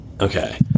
Okay